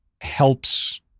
helps